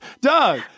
Doug